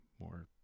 more